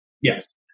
yes